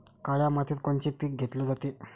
काळ्या मातीत कोनचे पिकं घेतले जाते?